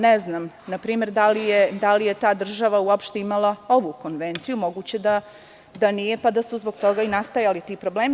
Ne znam da li je ta država uopšte imala ovu konvenciju, moguće da nije, pa da su zbog toga i nastajali ti problemi.